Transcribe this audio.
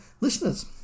listeners